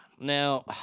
Now